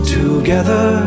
together